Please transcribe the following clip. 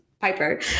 Piper